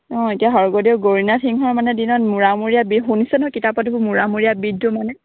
অঁ এতিয়া স্ৱৰ্গদেউ গৌৰীনাথ সিংহৰ মানে দিনত মোৰামূৰীয়া বিহু শুনিছে নহয় মোৰামূৰীয়া মানে